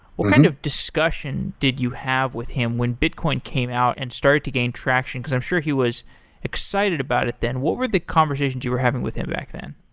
what kind of discussion did you have with him when bitcoin came out and started to gain traction, because i'm sure he was excited about it then. what were the conversations you were having with him back then?